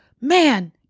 man